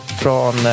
från